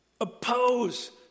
Oppose